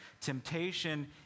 Temptation